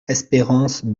espérance